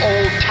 Old